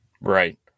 Right